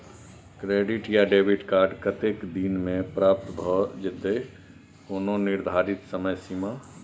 Credit या debit card कत्ते दिन म प्राप्त भ जेतै, कोनो निर्धारित समय सीमा?